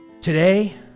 Today